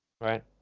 Right